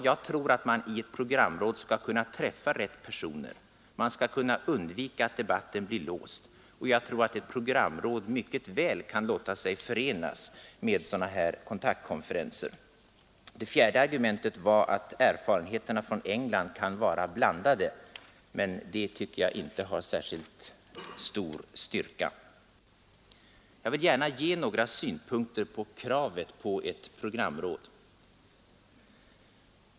Jag tror att man i ett programråd skall kunna träffa rätt personer och kunna undvika att debatten blir låst, och jag tror att ett programråd mycket väl kan låta sig förenas med sådana här kontaktkonferenser. Det fjärde argumentet var att erfarenheterna från England kan vara blandade, men det tycker jag inte har särskilt stor kraft. Jag vill också gärna ge några synpunkter då det gäller kravet på ett programråd.